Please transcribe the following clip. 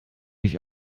ich